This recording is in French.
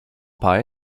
père